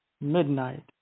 midnight